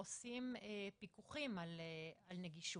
עושים פיקוחים על נגישות,